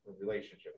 relationship